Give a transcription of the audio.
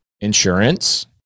Insurance